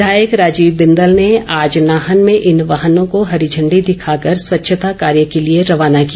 विधायक राजीव बिंदल ने आज नाहन में इन वाहनों को हरी झण्डी दिखा कर स्वच्छता कार्य के लिए रवाना किया